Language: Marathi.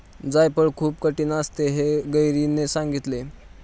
जायफळ खूप कठीण असते हे गौरीने सांगितले